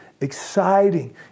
exciting